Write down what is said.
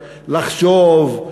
לחשוב,